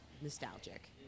nostalgic